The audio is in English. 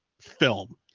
film